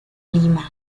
lima